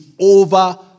over